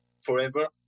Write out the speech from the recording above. forever